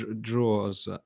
draws